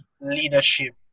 leadership